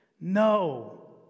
No